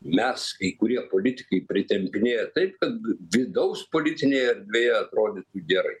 mes kai kurie politikai pritempinėja taip kad vidaus politinėj erdvėje atrodytų gerai